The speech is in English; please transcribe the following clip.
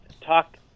talk